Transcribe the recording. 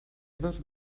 dos